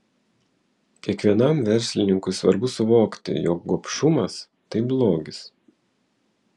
kiekvienam verslininkui svarbu suvokti jog gobšumas tai blogis